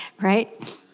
Right